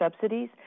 subsidies